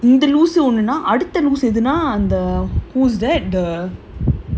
இந்த லூசு ஒன்னுனா அடுத்த லூசு எதுனா அந்த:intha loosu onnunaa adutha loosu ethunaa antha who's that the